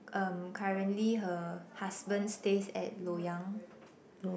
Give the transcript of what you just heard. um currently her husband stays at Loyang